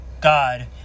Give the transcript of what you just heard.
God